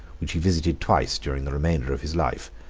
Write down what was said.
which he visited twice during the remainder of his life,